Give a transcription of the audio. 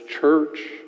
church